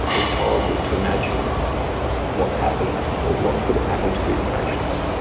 it's horrible to imagine what's happened or what could have happened to these patients.